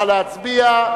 נא להצביע.